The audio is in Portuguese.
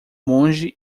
monge